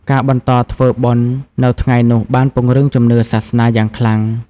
ការបន្តធ្វើបុណ្យនៅថ្ងៃនោះបានពង្រឹងជំនឿសាសនាយ៉ាងខ្លាំង។